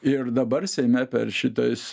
ir dabar seime per šitas